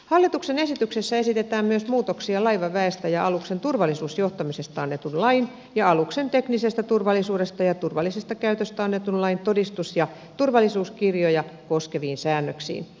hallituksen esityksessä esitetään myös muutoksia laivaväestä ja aluksen turvallisuusjohtamisesta annetun lain ja aluksen teknisestä turvallisuudesta ja turvallisesta käytöstä annetun lain todistus ja turvallisuuskirjoja koskeviin säännöksiin